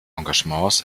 engagements